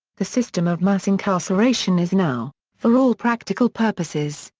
the system of mass incarceration is now, for all practical purposes,